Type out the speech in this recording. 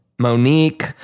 Monique